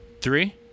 Three